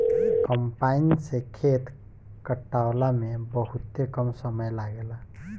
combine से खेत कटावला में बहुते कम समय लागेला